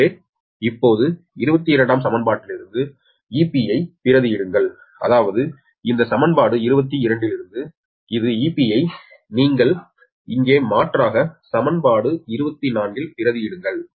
எனவே இப்போது 22 சமன்பாட்டிலிருந்து 𝑬𝒑 ஐ பிரதியிடுங்கள் அதாவது இந்த சமன்பாடு 22 இலிருந்து இது 𝑬𝒑 ஐ நீங்கள் இங்கே மாற்றாக சமன்பாடு 24 பிரதியிடுங்கள்